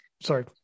Sorry